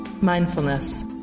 mindfulness